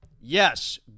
Yes